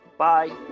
Bye